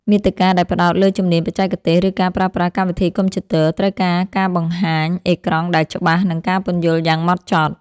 មាតិកាដែលផ្ដោតលើជំនាញបច្ចេកទេស ឬការប្រើប្រាស់កម្មវិធីកុំព្យូទ័រ ត្រូវការការបង្ហាញអេក្រង់ដែលច្បាស់ និងការពន្យល់យ៉ាងម៉ត់ចត់។